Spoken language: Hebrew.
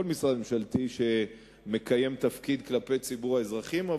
משרד ממשלתי שעושה את תפקידו מול ציבור האזרחים,